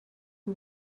who